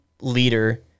leader